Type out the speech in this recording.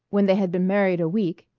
when they had been married a week,